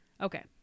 Okay